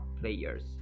players